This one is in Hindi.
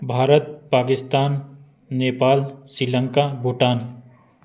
भारत पाकिस्तान नेपाल श्रीलंका भूटान